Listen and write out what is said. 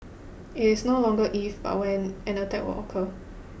it's no longer if but when an attack would occur